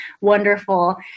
wonderful